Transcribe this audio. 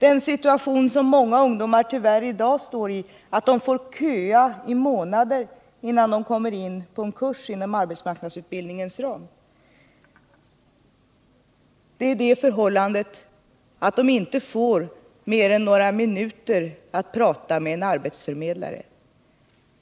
Många ungdomar befinner sig i dag i den situationen att de måste köa i månader, innan de kommer in på en kurs inom marknadsutbildningens ram. Det är också så, att de inte får mer än några minuter på sig att tala med en arbetsförmedlare.